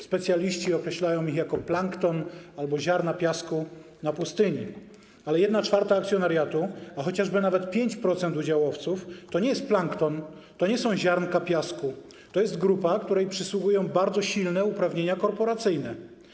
Specjaliści określają ich jako plankton albo ziarna piasku na pustyni, ale 1/4 akcjonariatu, a chociażby nawet 5% udziałowców to nie jest plankton, to nie są ziarnka piasku, to jest grupa, której przysługują bardzo silne uprawnienia korporacyjne.